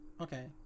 Okay